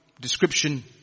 description